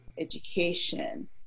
education